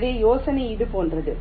எனவே யோசனை இது போன்றது